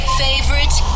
favorite